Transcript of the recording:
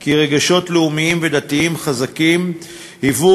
כי רגשות לאומיים ודתיים חזקים היוו